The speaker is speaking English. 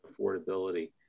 affordability